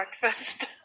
breakfast